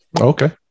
Okay